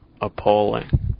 appalling